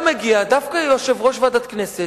היום הגיע דווקא יושב-ראש ועדת כנסת,